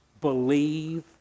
believe